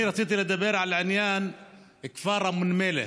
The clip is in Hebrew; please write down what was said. אני רציתי לדבר על עניין הכפר אום נמילה.